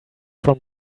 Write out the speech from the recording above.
from